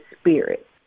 spirit